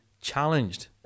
challenged